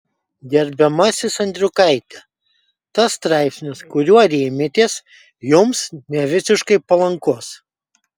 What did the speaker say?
gerbiamasis andriukaiti tas straipsnis kuriuo rėmėtės jums nevisiškai palankus